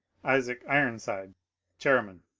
isaac isonside, chairman.